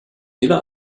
jeder